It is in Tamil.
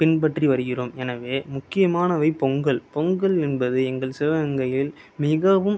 பின்பற்றி வருகிறோம் எனவே முக்கியமானவை பொங்கல் பொங்கல் என்பது எங்கள் சிவகங்கையில் மிகவும்